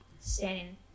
standing